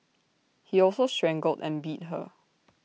he also strangled and beat her